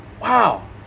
wow